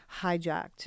hijacked